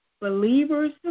believers